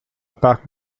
park